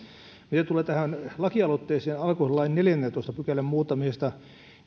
mitä tulee tähän lakialoitteeseen alkoholilain neljännentoista pykälän muuttamisesta